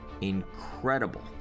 incredible